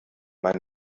mein